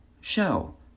show